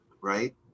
Right